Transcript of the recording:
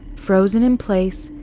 frozen in place,